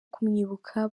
kumwibuka